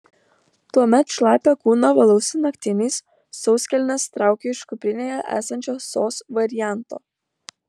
tuomet šlapią kūną valausi naktiniais sauskelnes traukiu iš kuprinėje esančio sos varianto